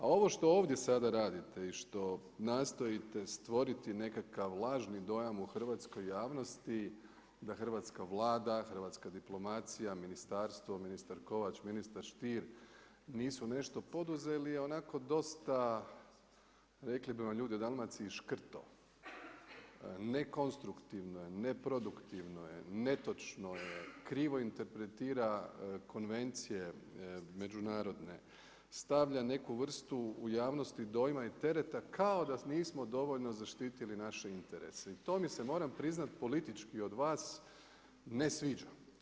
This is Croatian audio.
A ovo što ovdje sada radite i što nastojite stvoriti nekakav lažni dojam u hrvatskoj javnosti da hrvatska Vlada, hrvatska diplomacija, ministarstvo, ministar Kovač, ministar Stier nisu nešto poduzeli je onako dosta rekli bi vam ljudi u Dalmaciji škrto, nekonstruktivno, neproduktivno je, netočno je, krivo interpretira konvencije međunarodne, stavlja neku vrstu u javnosti dojma i tereta kao da nismo dovoljno zaštitili naše interese i to mi se moram priznati politički od vas ne sviđa.